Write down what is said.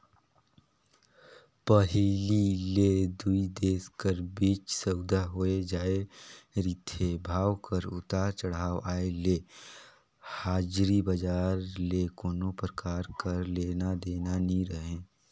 पहिली ले दुई देश कर बीच सउदा होए जाए रिथे, भाव कर उतार चढ़ाव आय ले हाजरी बजार ले कोनो परकार कर लेना देना नी रहें